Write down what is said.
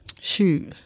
shoot